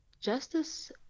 Justice